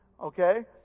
Okay